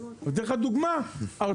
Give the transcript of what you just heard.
אני נותן לך דוגמה.